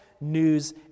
news